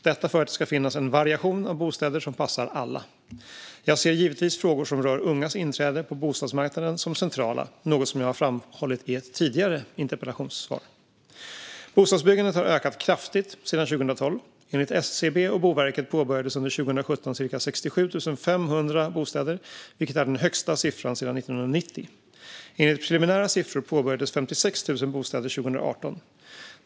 Detta för att det ska finnas en variation av bostäder som passar alla. Jag ser givetvis frågor som rör ungas inträde på bostadsmarknaden som centrala, något som jag har framhållit i ett tidigare interpellationssvar. Bostadsbyggandet har ökat kraftigt sedan 2012. Enligt SCB och Boverket påbörjades under 2017 ca 67 500 bostäder, vilket är den högsta siffran sedan 1990. Enligt preliminära siffror påbörjades 56 000 bostäder 2018.